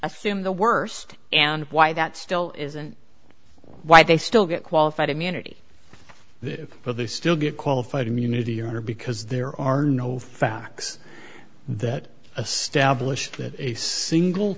assume the worst and why that still isn't why they still get qualified immunity if but they still get qualified immunity or because there are no facts that a stablished that a single